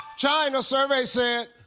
china. survey said.